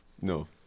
No